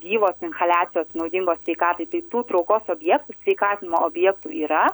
gyvo inhaliacijos naudingos sveikatai tai tų traukos objektų sveikatinimo objektų yra